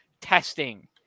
testing